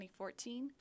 2014